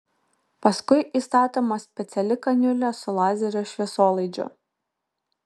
paskui įstatoma speciali kaniulė su lazerio šviesolaidžiu